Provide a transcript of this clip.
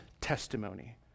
testimony